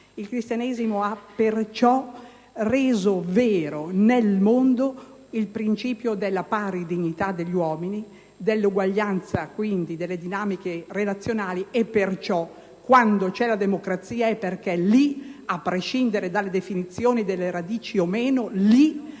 Il Cristianesimo ha perciò reso vero nel mondo il principio della pari dignità degli uomini, dell'uguaglianza quindi delle dinamiche relazionali. Per questo troviamo la democrazia, a prescindere dalle definizioni delle radici, lì